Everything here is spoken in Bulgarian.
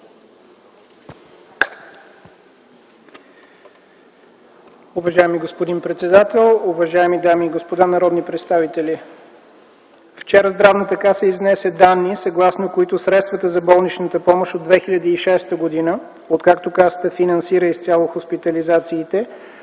Вчера Здравната каса изнесе данни, съгласно които средствата за болничната помощ от 2006 г., откакто Касата финансира изцяло хоспитализациите